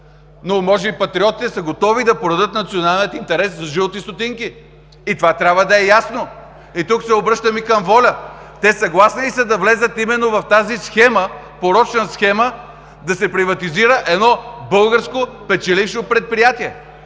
Но може и патриотите да са готови да продадат националния интерес за жълти стотинки и това трябва да е ясно. Тук се обръщам и към „Воля“. Те съгласни ли са да влязат именно в тази порочна схема – да се приватизира едно българско печелившо предприятие?